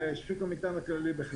המטען הכללי.